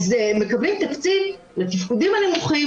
אז הם מקבלים תקציב לתפקודים הנמוכים.